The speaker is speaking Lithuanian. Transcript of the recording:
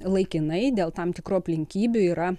laikinai dėl tam tikrų aplinkybių yra